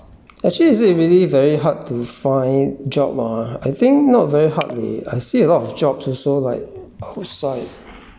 actually is it really very hard to find job ah I think not very hard leh I see a lot of jobs also like post like